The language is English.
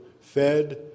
fed